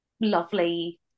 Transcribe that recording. lovely